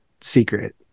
secret